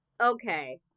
okay